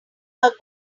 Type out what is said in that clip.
are